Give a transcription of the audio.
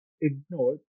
ignored